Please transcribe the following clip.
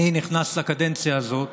אני נכנס לקדנציה הזאת